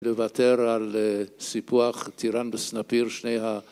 לוותר על סיפוח טיראן בסנפיר שני ה...